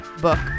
book